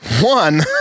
One